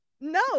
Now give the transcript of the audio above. No